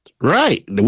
right